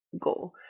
goal